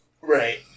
Right